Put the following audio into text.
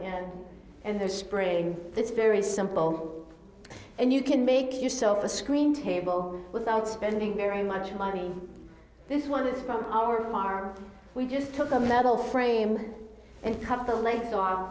own and they're spraying it's very simple and you can make yourself a screen table without spending very much money this one is from our car we just took a metal frame and cut the legs